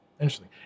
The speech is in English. Interesting